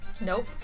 Nope